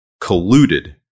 colluded